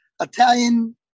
Italian-